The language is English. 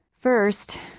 First